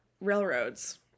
railroads